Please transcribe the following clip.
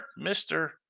Mr